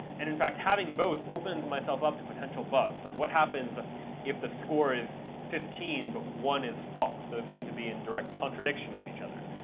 and in fact, having both opens myself up to potential bugs, like what happens if the score is fifteen but one is false. those seem to be in direct contradiction with each other,